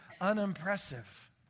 unimpressive